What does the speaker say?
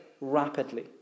rapidly